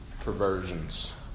perversions